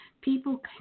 people